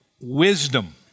wisdom